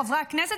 חברי הכנסת,